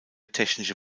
technische